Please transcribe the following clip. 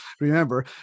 remember